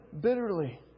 bitterly